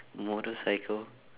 motorcycle